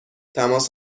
تماس